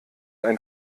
ein